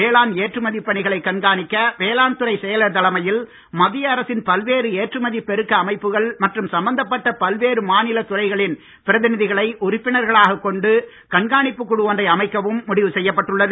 வேளாண் ஏற்றுமதி பணிகளை கண்காணிக்க வேளாண் துறை செயலர் தலைமையில் மத்திய அரசின் பல்வேறு எற்றுமதி பெருக்க அமைப்புகள் மற்றும் சம்பந்தப்பட்ட பல்வேறு மாநில துறைகளின் பிரதிநிதிகளை உறுப்பினர்களாகக் கொண்டு கண்காணிப்பு குழு ஒன்றை அமைக்கவும் முடிவு செய்யப்பட்டுள்ளது